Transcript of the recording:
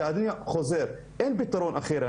ואני חוזר - אין פיתרון אחר.